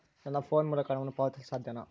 ನನ್ನ ಫೋನ್ ಮೂಲಕ ಹಣವನ್ನು ಪಾವತಿಸಲು ಸಾಧ್ಯನಾ?